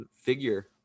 figure